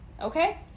Okay